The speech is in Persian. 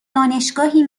دانشگاهی